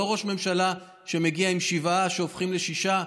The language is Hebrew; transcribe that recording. לא ראש ממשלה שמגיע עם שבעה שהופכים לשישה,